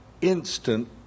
instant